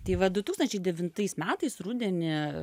tai va du tūkstančiai devintais metais rudenį